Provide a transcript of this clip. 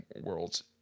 world's